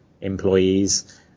employees